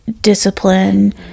discipline